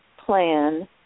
Plan